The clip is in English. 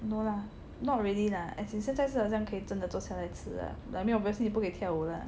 no lah not really lah as in 现在是好像是是真的可以坐下来吃啦 but 没有 boyfriend 你不可以跳舞啦